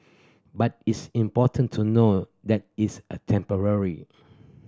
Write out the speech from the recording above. but it's important to know that is temporary